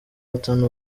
batanu